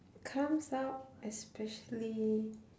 comes out especially